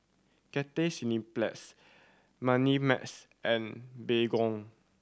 Cathay Cineplex Moneymax and Baygon